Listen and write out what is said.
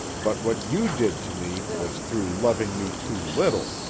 but what you did to me was through loving me too little.